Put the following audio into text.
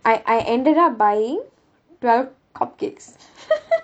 I I ended up buying Twelve Cupcakes